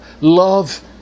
Love